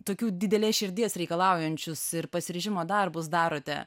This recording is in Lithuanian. tokių didelės širdies reikalaujančius ir pasiryžimo darbus darote